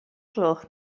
gloch